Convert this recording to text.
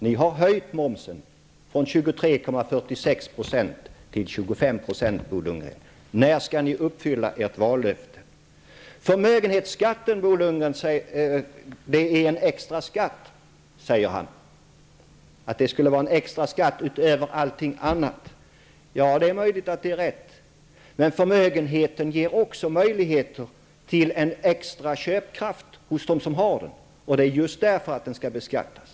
Ni har höjt momsen från 23,46 % till 25 %, Bo Lundgren. När skall ni uppfylla ert vallöfte? Bo Lundgren säger att förmögenhetsskatten är en extra skatt utöver allting annat. Det är möjligt att det är rätt. Men förmögenheten ger också möjligheter till en extra köpkraft hos dem som har den, och det är just därför som den skall beskattas.